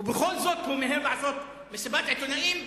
ובכל זאת הוא מיהר לעשות מסיבת עיתונאים,